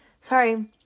Sorry